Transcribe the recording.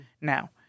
now